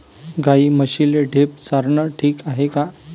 गाई म्हशीले ढेप चारनं ठीक हाये का?